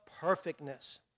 perfectness